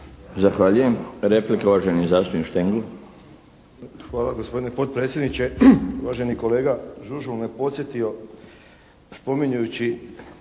Zahvaljujem. Replika uvaženi zastupnik Štengl.